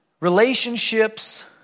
relationships